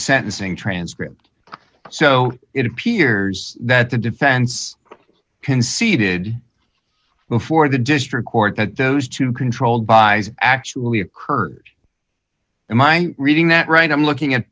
sentencing transcript so it appears that the defense conceded before the district court that those two controlled by actually occurred and my reading that right i'm looking at